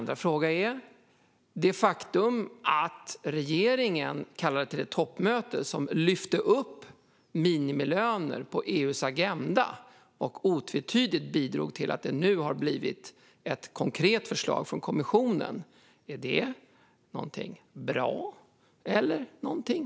Det faktum att regeringen kallade till ett toppmöte som lyfte upp minimilöner på EU:s agenda och otvetydigt bidrog till att det nu har blivit ett konkret förslag från kommissionen, är det bra eller dåligt?